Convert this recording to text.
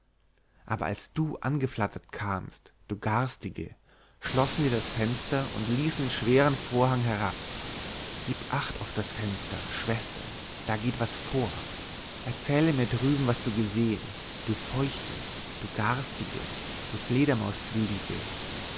aber als du angeflattert kamst du garstige schlossen sie das fenster und ließen den schweren vorhang herab gib acht auf das fenster schwester da geht was vor erzähle mir drüben was du gesehn du feuchte garstige du